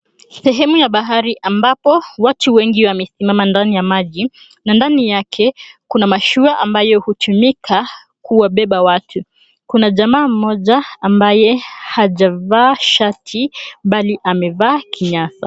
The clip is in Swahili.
Sehemu ya bahari ambapo watu wengi wamesimama ndani ya maji na ndani yake kuna mashua ambayo hutumika kuwabeba watu. Kuna jamaa mmoja ambaye hajavaa shati bali amevaa kinyasa.